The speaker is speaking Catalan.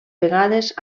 vegades